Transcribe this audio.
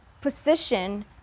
position